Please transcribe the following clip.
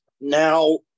Now